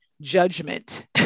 judgment